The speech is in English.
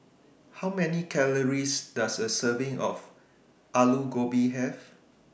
How Many Calories Does A Serving of Aloo Gobi Have